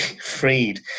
freed